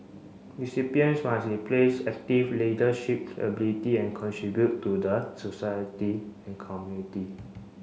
recipients must display active leadership ability and contribute to the society and community